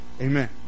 Amen